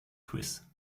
quiz